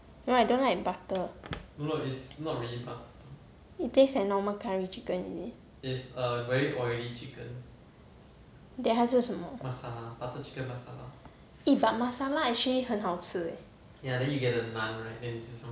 no I don't like butter it tastes like normal curry chicken is it then 他是什么 eh but actually masala actually 很好吃 leh